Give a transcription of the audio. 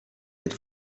êtes